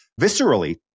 viscerally